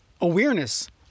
awareness